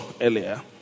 earlier